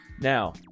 Now